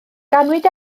ganwyd